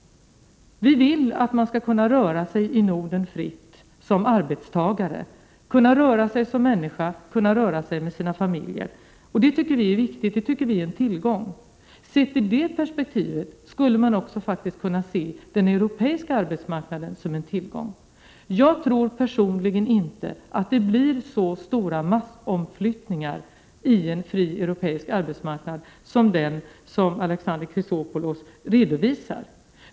Människor skall kunna röra sig fritt i Norden, även som arbetstagare och med sina familjer. Den är en viktig tillgång. Sett i det perspektivet skulle också den europeiska arbetsmarknaden kunna ses som en tillgång. Jag tror personligen inte att det blir så stora massomflyttningar i en fri europeisk arbetsmarknad, som Alexander Chrisopoulos redovisar.